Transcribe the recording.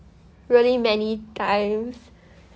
really many times